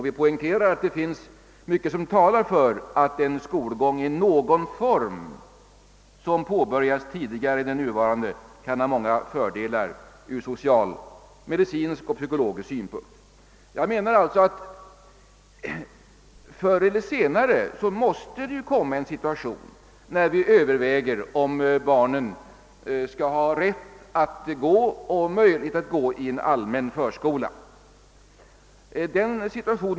Vi poängterar att det är »mycket som talar för att en skolgång i någon form som på börjas tidigare än den nuvarande kan ha många fördelar ur social, medicinsk och psykologisk synpunkt». Jag menar alltså att det förr eller senare måste uppkomma en situation, där man överväger om barnen skall ha rätt och möjlighet att gå i en allmän förskola.